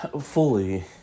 fully